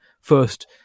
first